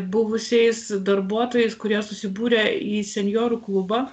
buvusiais darbuotojais kurie susibūrę į senjorų klubą